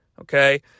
Okay